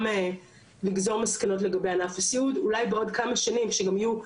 אולי בעוד כמה שנים שגם יהיו עוד שנים מלאות של אחרי קורונה,